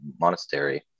monastery